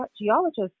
geologist